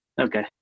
Okay